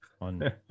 on